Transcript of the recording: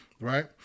right